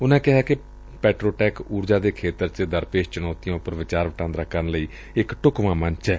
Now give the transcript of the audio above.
ਉਨਾਂ ਕਿਹਾ ਕਿ ਪੈਟਰੋਟੈਕ ਉਰਜਾ ਦੇ ਖੇਤਰ ਚ ਦਰਖੇਸ਼ ਚੁਣੌਰੀਆਂ ਉਪਰ ਵਿਚਾਰ ਵਟਾਂਦਰਾ ਕਰਨ ਲਈ ਇਕ ਢੁਕਵਾਂ ਮੰਚ ਏ